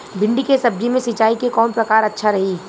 भिंडी के सब्जी मे सिचाई के कौन प्रकार अच्छा रही?